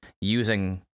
using